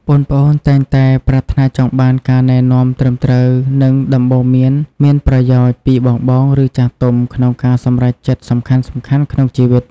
ប្អូនៗតែងតែប្រាថ្នាចង់បាន ការណែនាំត្រឹមត្រូវ និងដំបូន្មានមានប្រយោជន៍ ពីបងៗ ឬចាស់ទុំ ក្នុងការសម្រេចចិត្តសំខាន់ៗក្នុងជីវិត។